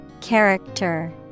Character